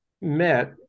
met